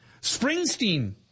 Springsteen